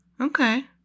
okay